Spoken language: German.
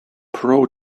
pro